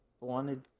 wanted